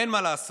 אין מה לעשות.